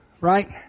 right